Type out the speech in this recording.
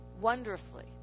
wonderfully